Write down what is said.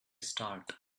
start